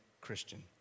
Christian